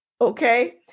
Okay